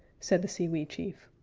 said the sewee chief,